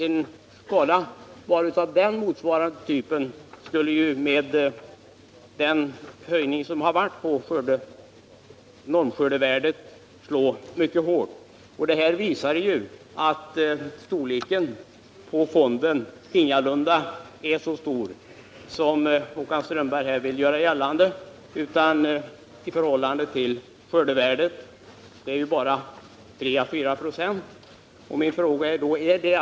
En skada av:- motsvarande storlek som år 1969 skulle därför, med denna höjning av skördevärdet, slå mycket hårt. Det visar att fonden ingalunda är så stor som Håkan Strömberg vill göra gällande — den uppgår bara till 3 ä 496 av skördevärdet.